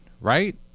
right